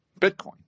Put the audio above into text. Bitcoin